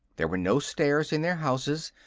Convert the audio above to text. there were no stairs in their houses,